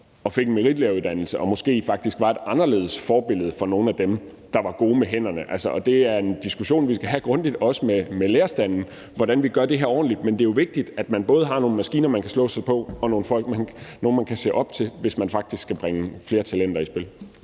og fik en meritlæreruddannelse og måske faktisk var et anderledes forbillede for nogle af dem, der var gode med hænderne. Det er en grundig diskussion, vi skal have, også med lærerstanden, om, hvordan vi gør det her ordentligt. Det er jo vigtigt, at man har både nogle maskiner, man kan slå sig på, og nogle folk, man kan se op til, hvis man faktisk skal bringe flere talenter i spil.